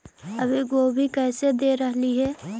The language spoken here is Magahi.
अभी गोभी कैसे दे रहलई हे?